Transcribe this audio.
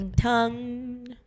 tongue